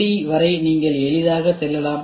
3D வரை நீங்கள் எளிதாக செல்லலாம்